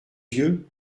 yeux